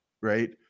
Right